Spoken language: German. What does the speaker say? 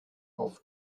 auf